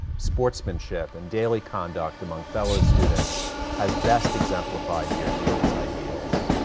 sportsmanship, and daily conduct among fellow students has best exemplified deerfield's ideals.